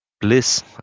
bliss